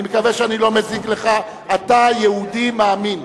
אני מקווה שאני לא מזיק לך: אתה יהודי מאמין.